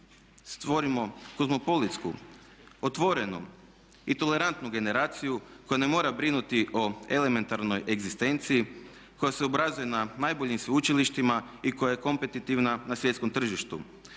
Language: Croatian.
stvorimo kozmopolitsku, otvorenu i tolerantnu generaciju koja ne mora brinuti o elementarnoj egzistenciji koja se obrazuje na najboljim sveučilištima i koja je kompetitivna na svjetskom tržištu.